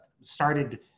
started